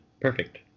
perfect